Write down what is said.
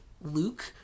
Luke